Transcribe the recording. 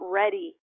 ready